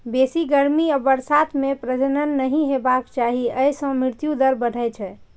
बेसी गर्मी आ बरसात मे प्रजनन नहि हेबाक चाही, अय सं मृत्यु दर बढ़ै छै